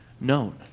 known